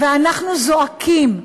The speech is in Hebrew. ואנחנו זועקים.